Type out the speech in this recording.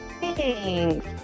Thanks